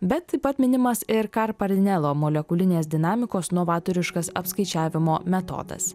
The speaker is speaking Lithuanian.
bet taip pat minimas ir kar parinelo molekulinės dinamikos novatoriškas apskaičiavimo metodas